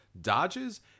dodges